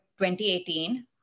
2018